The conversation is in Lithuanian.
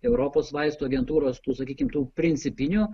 europos vaistų agentūros tų sakykim tų principinių